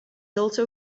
also